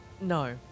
No